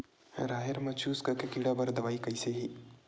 राहेर म चुस्क के कीड़ा बर का दवाई कइसे ही?